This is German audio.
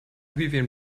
vivien